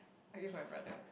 I will eat with my brother